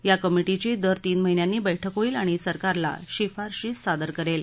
या कमिटीची दर तीन महिन्यांनी बैठक होईल आणि सरकारला शिफारशी सादर करेल